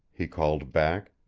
he called back,